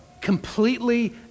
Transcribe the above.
completely